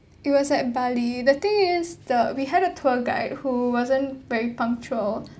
it was at bali the thing is the we had a tour guide who wasn't very punctual